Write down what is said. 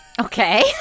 Okay